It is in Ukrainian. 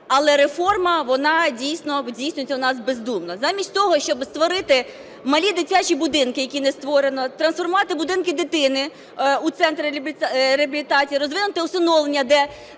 у нас бездумно. Замість того, щоб створити малі дитячі будинки, які не створено, трансформувати будинки дитини у центри реабілітації, розвинути усиновлення, де